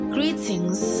Greetings